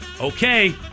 Okay